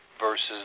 versus